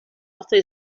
after